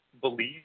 believe